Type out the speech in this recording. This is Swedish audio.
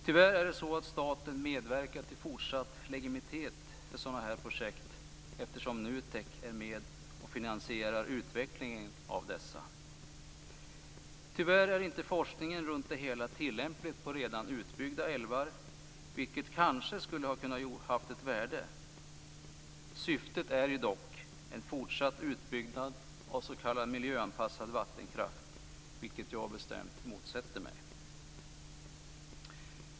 Tyvärr medverkar staten till fortsatt legitimitet för sådana här projekt eftersom NUTEK är med och finansierar utvecklingen av dessa. Tyvärr är inte forskningen runt det hela tillämplig på redan utbyggda älvar, vilket kanske skulle kunna ha haft ett värde. Syftet är dock en fortsatt utbyggnad av s.k. miljöanpassad vattenkraft, vilket jag bestämt motsätter mig.